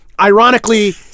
Ironically